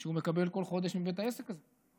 שהוא מקבל כל חודש מבית העסק הזה,